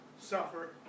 suffer